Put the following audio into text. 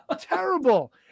Terrible